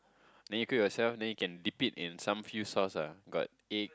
then you cook yourself then you can dip it in some few sauces ah got egg